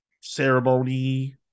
ceremony